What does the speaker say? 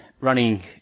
running